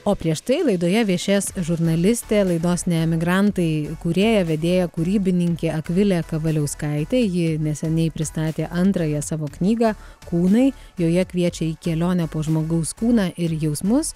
o prieš tai laidoje viešės žurnalistė laidos ne emigrantai kūrėja vedėja kūrybininkė akvilė kavaliauskaitė ji neseniai pristatė antrąją savo knygą kūnai joje kviečia į kelionę po žmogaus kūną ir jausmus